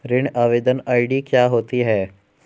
ऋण आवेदन आई.डी क्या होती है?